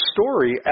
story